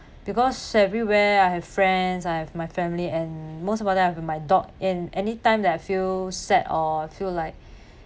because everywhere I have friends I have my family and most of all that I've my dog in anytime that I feel sad or I feel like